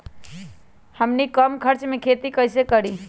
हमनी कम खर्च मे खेती कई से करी?